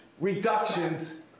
reductions